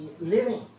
living